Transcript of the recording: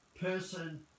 person